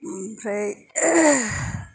ओमफ्राइ